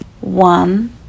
one